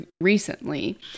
recently